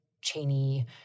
Cheney